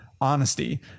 honesty